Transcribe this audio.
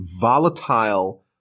volatile